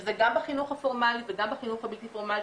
שזה גם בחינוך הפורמלי וגם בחינוך הבלתי פורמלי,